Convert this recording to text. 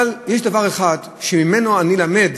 יש דבר אחד שממנו אני למד,